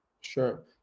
sure